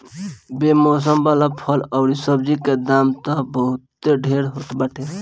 बेमौसम वाला फल अउरी सब्जी के दाम तअ बहुते ढेर होत बाटे